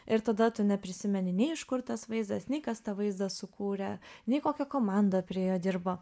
ir tada tu neprisimeni nei iš kur tas vaizdas nei kas tą vaizdą sukūrė nei kokia komanda prie jo dirbo